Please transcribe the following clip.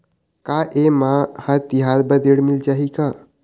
का ये मा हर तिहार बर ऋण मिल जाही का?